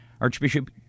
Archbishop